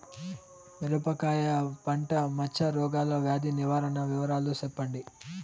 మిరపకాయ పంట మచ్చ రోగాల వ్యాధి నివారణ వివరాలు చెప్పండి?